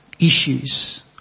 issues